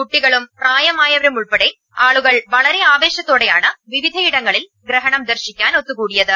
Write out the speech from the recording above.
കുട്ടികളും പ്രായ മായവരും ഉൾപ്പെടെ ആളുകൾ വളരെ ആവേശത്തോടെയാണ് വിവിധയിടങ്ങളിൽ ഗ്രഹണം ദർശിക്കാൻ ഒത്തു കൂടിയത്